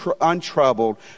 untroubled